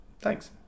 Thanks